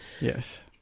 Yes